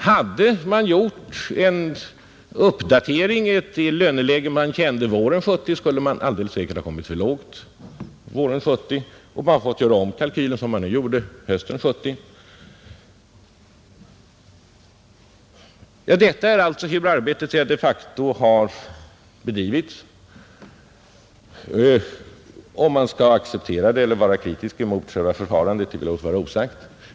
Hade man gjort en uppräkning enligt det löneläge man kände våren 1970, skulle man alldeles säkert ha kommit för lågt våren 1970 och fått göra om kalkylen, som man nu gjorde hösten 1970. Så har alltså arbetet de facto bedrivits. Om man skall acceptera det eller vara kritisk emot själva förfarandet vill jag låta vara osagt.